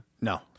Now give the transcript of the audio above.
no